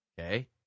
Okay